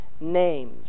names